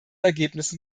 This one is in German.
ergebnissen